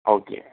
okay